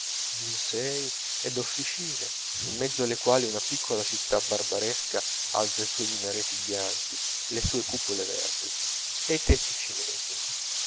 di musei e d'officine in mezzo alle quali una piccola città barbaresca alza i suoi minareti bianchi e le sue cupole verdi e i tetti chinesi